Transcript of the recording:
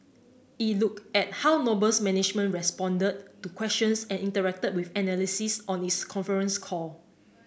it looked at how Noble's management responded to questions and interacted with analysts on its conference call